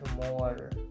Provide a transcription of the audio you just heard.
more